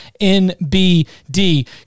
NBD